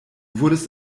wurdest